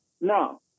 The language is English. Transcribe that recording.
No